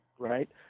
right